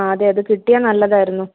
ആ അതെ അത് കിട്ടിയാൽ നല്ലതാരുന്നു